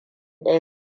daya